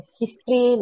history